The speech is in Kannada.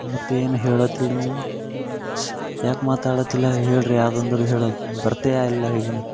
ಮತ್ತು ಏನು ಹೇಳತಿಲ್ಲ ನೀವು ಸ್ ಯಾಕೆ ಮಾತಾಡತ್ತಿಲ್ಲ ಹೇಳ್ರಿ ಯಾವ್ದು ಅಂದ್ರಿ ಹೇಳು ಬರ್ತಿಯ ಇಲ್ಲ ಲಘೂನ